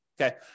Okay